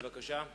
בבקשה.